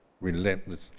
relentless